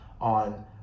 on